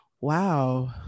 wow